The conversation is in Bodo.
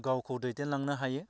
गावखौ दैदेन लांनो हायो